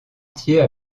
entiers